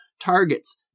targets